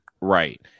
Right